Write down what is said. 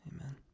Amen